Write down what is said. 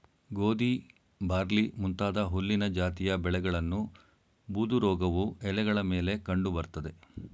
ಗೋಧಿ ಬಾರ್ಲಿ ಮುಂತಾದ ಹುಲ್ಲಿನ ಜಾತಿಯ ಬೆಳೆಗಳನ್ನು ಬೂದುರೋಗವು ಎಲೆಗಳ ಮೇಲೆ ಕಂಡು ಬರ್ತದೆ